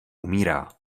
umírá